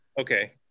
okay